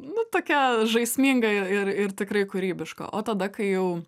nu tokia žaisminga ir ir ir tikrai kūrybiška o tada kai jau